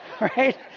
Right